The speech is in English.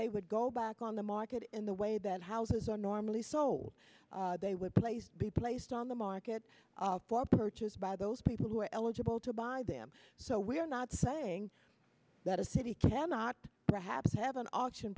they would go back on the market in the way that houses are normally so they would place be placed on the market for purchase by those people who are eligible to buy them so we're not saying that a city cannot perhaps have an auction